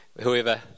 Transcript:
whoever